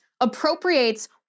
appropriates